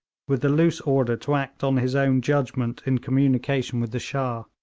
with the loose order to act on his own judgment in communication with the shah.